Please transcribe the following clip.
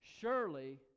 Surely